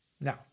Now